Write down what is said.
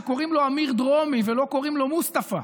שקוראים לו אמיר דרומי ולא קוראים לו מוסטפא.